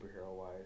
superhero-wise